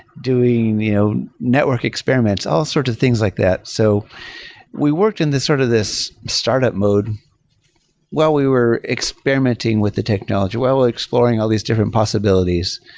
doing you know network experiments, all sorts of things like that. so we worked in the sort of this startup mode while we were experimenting with the technology, while we're exploring all these different possibilities.